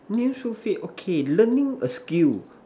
means so fit okay learning a skill